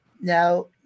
Now